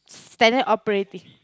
standard operative